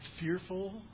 fearful